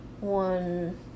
one